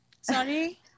Sorry